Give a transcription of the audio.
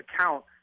account